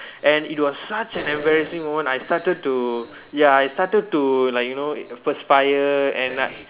and it was such an embarrassing moment I started to ya I started to like you know perspire and I